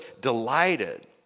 delighted